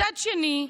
מצד שני,